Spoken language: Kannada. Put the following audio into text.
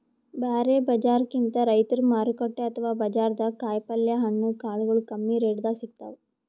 ಬ್ಯಾರೆ ಬಜಾರ್ಕಿಂತ್ ರೈತರ್ ಮಾರುಕಟ್ಟೆ ಅಥವಾ ಬಜಾರ್ದಾಗ ಕಾಯಿಪಲ್ಯ ಹಣ್ಣ ಕಾಳಗೊಳು ಕಮ್ಮಿ ರೆಟೆದಾಗ್ ಸಿಗ್ತಾವ್